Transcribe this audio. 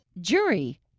Jury